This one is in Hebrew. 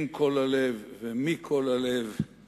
עם כל הלב ומכל הלב,